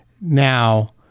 now